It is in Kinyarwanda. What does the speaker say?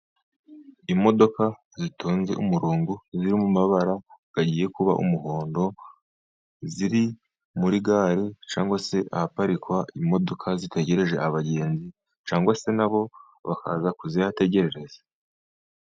Imodoka zitoze umurongo, ziri mu mabara agiye kuba umuhondo, ziri muri gare cyangwa se ahaparikwa imodoka zitegereje abagenzi, cyangwa se nabo bakaza kuziyategereza.